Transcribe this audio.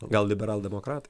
gal liberaldemokratai